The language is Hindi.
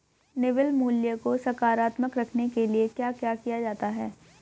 निवल मूल्य को सकारात्मक रखने के लिए क्या क्या किया जाता है?